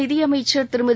நிதியளமச்சா் திருமதி